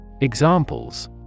Examples